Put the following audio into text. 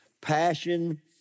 passion